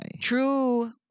True